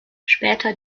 später